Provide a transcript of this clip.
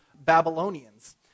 Babylonians